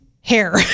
hair